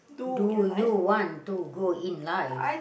do you want to go in life